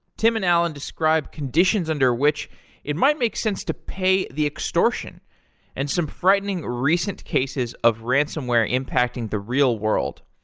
tim and allan describe conditions under which it might make sense to pay the extortion and some frightening recent cases of ransomware impacting the real world.